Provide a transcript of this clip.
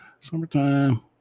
Summertime